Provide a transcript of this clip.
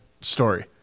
story